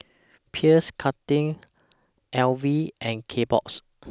Pierre Cardin L V and Kbox